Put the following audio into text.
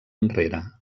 enrere